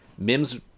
Mims